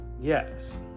Yes